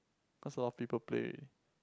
cause a lot of people play already